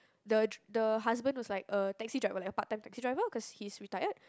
the dr~ the husband was like a taxi driver like a part time taxi driver cause he's retired